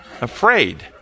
afraid